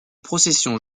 procession